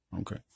Okay